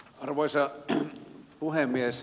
arvoisa puhemies